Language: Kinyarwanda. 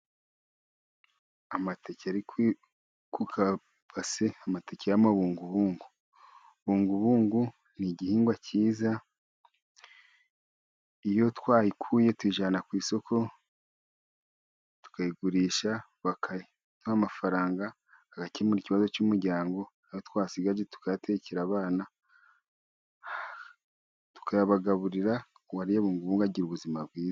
Amateke ari ku kabase, amateke y'amabungubungu. Bungubungu ni igihingwa cyiza, iyo twayikuye tuyijyana ku isoko tukayigurisha bakaduha amafaranga, tugakemura ikibazo cy'umuryango, ayo twasigaje tukayatekera abana tukayabagaburira. Uwariye bungubungu agira ubuzima bwiza.